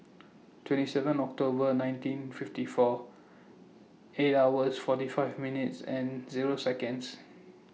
twenty seven October nineteen fifty four eight hours forty five minutes and Seconds